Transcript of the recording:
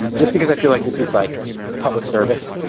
um just because i feel like this is like public service.